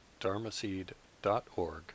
dharmaseed.org